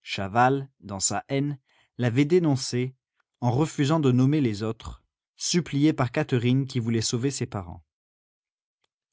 chaval dans sa haine l'avait dénoncé en refusant de nommer les autres supplié par catherine qui voulait sauver ses parents